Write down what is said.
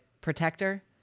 protector